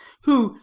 who,